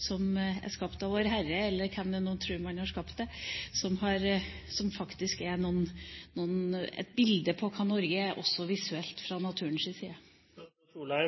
som er skapt av Vårherre, eller hvem man nå tror det er som har skapt det, som faktisk er et bilde på hva Norge er visuelt fra